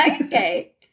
Okay